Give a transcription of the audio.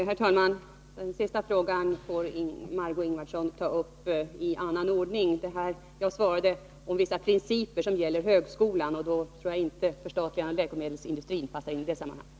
Herr talman! Den sista frågan får Margé Ingvardsson ta upp i annan ordning. Jag har gett besked om vissa principer som gäller högskolan. Jag tror inte att förstatligandet av läkemedelsindustrin passar i det här sammanhanget.